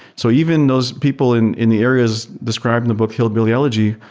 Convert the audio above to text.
so even those people in in the areas described in the book hillbilly elegy,